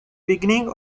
beginning